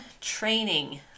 training